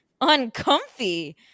uncomfy